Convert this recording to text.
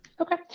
Okay